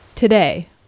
Today